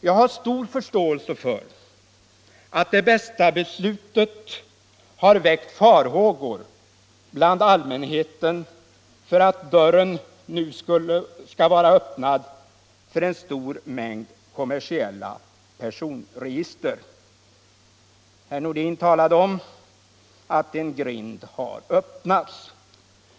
Jag har stor förståelse för att Det Bästa-beslutet har väckt farhågor bland allmänheten för att dörren skall vara öppnad för en stor mängd kommersiella personregister. Herr Nordin sade att en grind hade öppnats.